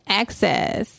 access